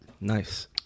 nice